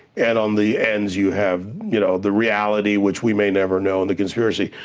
and on the ends you have you know the reality, which we may never know, and the conspiracy.